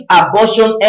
abortion